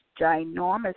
ginormous